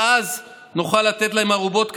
שאז נוכל לתת להם ערובות כאלה,